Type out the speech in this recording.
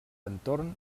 entorn